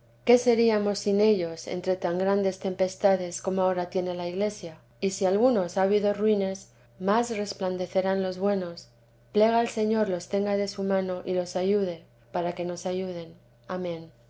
qué seríamos sin ellos entre tan grandes tempestades como ahora tiene ja iglesia y si algunos ha habido ruines más resplandecerán los buenos plega al señor los tenga de su mano y los ayude para que nos ayuden amén